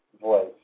voice